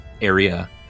area